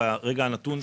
ברגע הנתון,